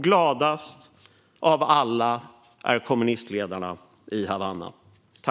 Gladast av alla är kommunistledarna i Havanna.